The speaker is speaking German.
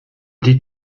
sieht